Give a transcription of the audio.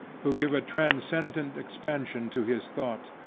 who gave a transcendent expansion to his thought,